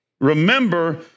Remember